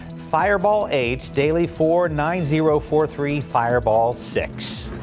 fireball age daily four, nine, zero, four, three fireball six.